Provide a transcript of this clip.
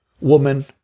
woman